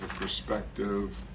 perspective